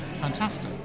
Fantastic